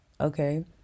okay